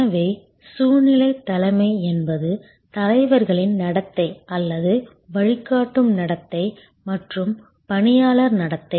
எனவே சூழ்நிலை தலைமை என்பது தலைவர்களின் நடத்தை அல்லது வழிகாட்டும் நடத்தை மற்றும் பணியாளர் நடத்தை